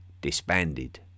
disbanded